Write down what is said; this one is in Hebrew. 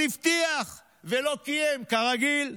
אז הבטיח ולא קיים, כרגיל.